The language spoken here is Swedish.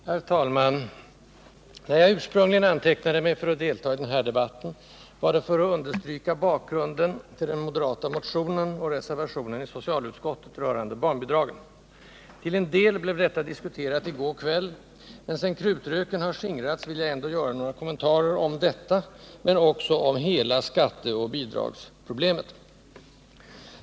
Herr talman! När jag ursprungligen antecknade mig för att delta i denna debatt var det för att understryka bakgrunden till den moderata motionen och reservationen i socialutskottet rörande barnbidragen. Till en del blev detta diskuterat i går kväll, men sedan krutröken skingrats vill jag ändå göra några kommentarer till detta och därtill kring hela skatteoch bidragsproblemet.